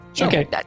Okay